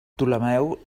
ptolemeu